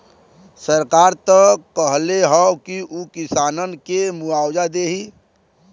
सरकार त कहले हौ की उ किसानन के मुआवजा देही